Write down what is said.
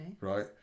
right